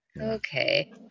Okay